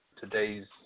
Today's